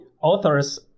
authors